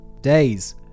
days